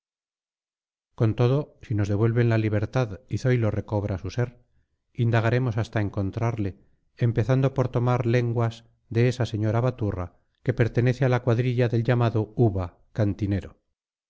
con todo si nos devuelven la libertad y zoilo recobra su ser indagaremos hasta encontrarle empezando por tomar lenguas de esa señora baturra que pertenece a la cuadrilla del llamado uva cantinero